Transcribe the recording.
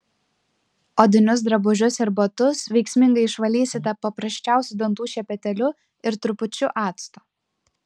odinius drabužius ir batus veiksmingai išvalysite paprasčiausiu dantų šepetėliu ir trupučiu acto